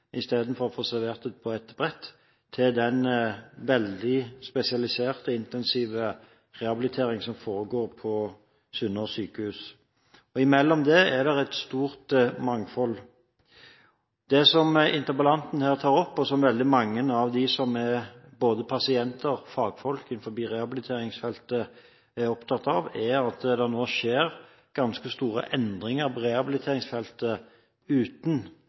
istedenfor å få det servert på et brett, til den veldig spesialiserte intensive rehabiliteringen som foregår på Sunnaas sykehus. Mellom det er det et stort mangfold. Det som interpellanten her tar opp, og som veldig mange av dem som er pasienter og fagfolk innenfor rehabiliteringsfeltet er opptatt av, er at det nå skjer ganske store endringer på rehabiliteringsfeltet, uten